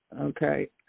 okay